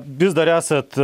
vis dar esat